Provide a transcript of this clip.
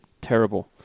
Terrible